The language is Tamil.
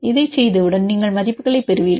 இதைச் செய்தவுடன் நீங்கள் மதிப்புகளைப் பெறுவீர்கள்